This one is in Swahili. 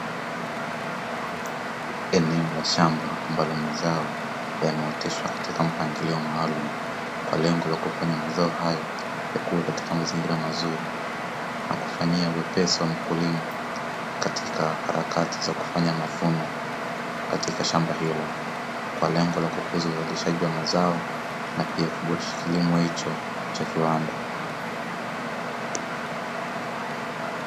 Eneo la shamba ambalo mazao yameoteshwa, katika mpangilio maalum kwa lengo la kufanya mazao hayo yakue katika mazingira mazuri, na kufanyia wepesi wa mkulima katika harakati za kufanya mavuno katika shamba hilo, kwa lengo la kukuza uzalishaji wa mazao na pia kuboresha kilimo hicho cha viwanda.